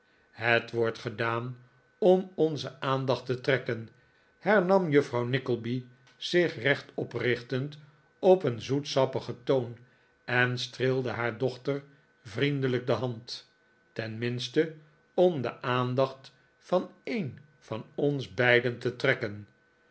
het wordt gedaan om onze aandacht te trekken hernam juffrouw nickleby zich recht oprichtend op een zoetsappigen toon en streelde haar dochter vriendelijk de hand tenminste om de aandacht van een van ons beiden te trekken